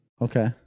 Okay